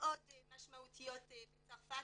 מאוד משמעותיות בצרפת,